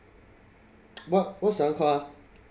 what what's the other called ah